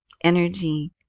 energy